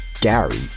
Gary